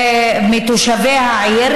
מתושבי העיר,